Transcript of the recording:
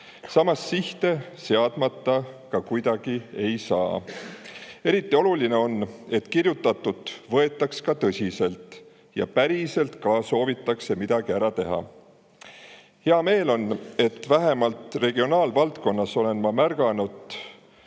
Samas, sihte seadmata ka kuidagi ei saa. Eriti oluline on, et kirjutatut võetaks tõsiselt ja päriselt ka soovitaks midagi ära teha. Hea meel on, et vähemalt regionaalvaldkonnas olen ma nüüd märganud